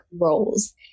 roles